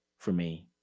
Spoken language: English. for me.